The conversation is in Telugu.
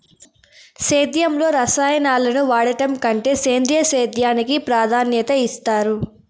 సేద్యంలో రసాయనాలను వాడడం కంటే సేంద్రియ సేద్యానికి ప్రాధాన్యత ఇస్తారు